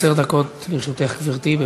דקות לרשותך, גברתי.